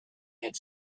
had